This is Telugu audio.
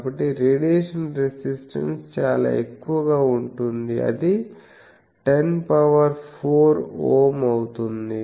కాబట్టి రేడియేషన్ రెసిస్టెన్స్ చాలా ఎక్కువగా ఉంటుంది అది 104Ω అవుతుంది